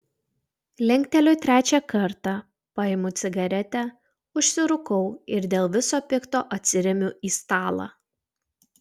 linkteliu trečią kartą paimu cigaretę užsirūkau ir dėl viso pikto atsiremiu į stalą